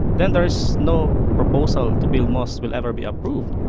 then there is no proposal to build mosques will ever be approved.